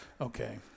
okay